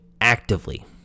actively